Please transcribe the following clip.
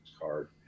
card